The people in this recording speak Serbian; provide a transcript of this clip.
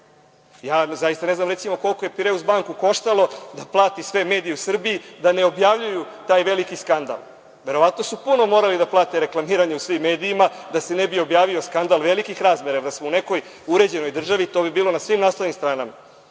Ja zaista ne znam, recimo, koliko je „Pireus banku“ koštalo da plati sve medije u Srbiji da ne objavljuju taj veliki skandal. Verovatno su puno morali da plate reklamiranje u svim medijima, da se ne bi objavio skandal velikih razmera. Da smo u nekoj uređenoj državi, to bi bilo na svim naslovnim stranama,